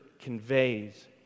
conveys